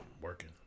working